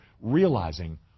realizing